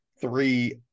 three